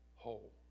whole